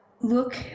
look